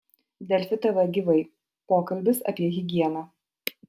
delfi tv gyvai pokalbis apie higieną